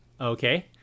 Okay